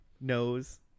knows